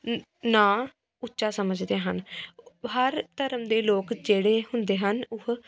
ਨ ਨਾ ਉੱਚਾ ਸਮਝਦੇ ਹਨ ਹਰ ਧਰਮ ਦੇ ਲੋਕ ਜਿਹੜੇ ਹੁੰਦੇ ਹਨ ਉਹ